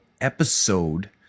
episode